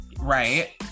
Right